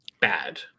bad